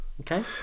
Okay